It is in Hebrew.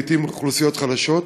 לעתים אוכלוסיות חלשות,